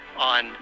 on